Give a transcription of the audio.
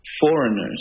foreigners